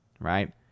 Right